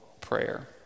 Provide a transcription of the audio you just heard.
prayer